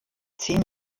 zehn